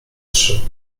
trzy